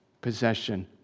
possession